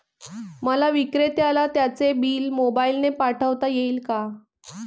मला विक्रेत्याला त्याचे बिल मोबाईलने पाठवता येईल का?